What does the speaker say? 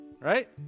right